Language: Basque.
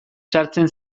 sartzen